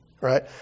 right